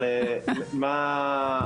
סליחה היושבת ראש,